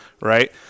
right